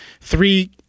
three